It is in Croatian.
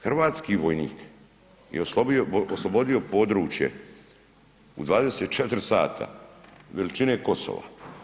Hrvatski vojnik je oslobodio područje u 24 sata veličine Kosova.